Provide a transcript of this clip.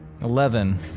Eleven